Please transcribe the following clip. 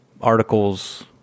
articles